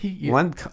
one